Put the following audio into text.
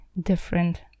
different